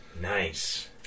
Nice